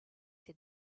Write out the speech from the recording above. said